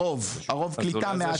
הרוב, הרוב קליטה מהשיכון.